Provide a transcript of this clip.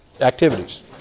activities